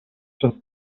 czas